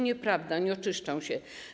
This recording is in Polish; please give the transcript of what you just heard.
Nieprawda, nie oczyszczą się.